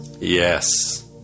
Yes